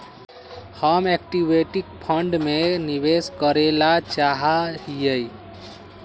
हम equity fund में निवेश करे ला चाहा हीयी